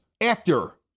actor